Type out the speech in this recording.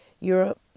Europe